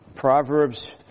Proverbs